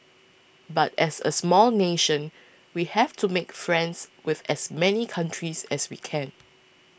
but as a small nation we have to make friends with as many countries as we can